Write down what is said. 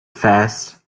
fast